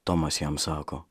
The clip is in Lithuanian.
tomas jam sako